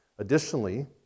Additionally